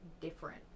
different